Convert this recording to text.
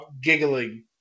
giggling